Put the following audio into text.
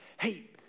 Hey